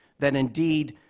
that indeed,